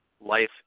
life